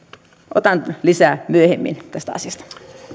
otan lisää myöhemmin tästä asiasta